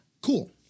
Cool